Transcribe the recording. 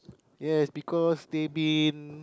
ya because they been